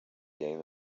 game